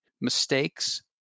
mistakes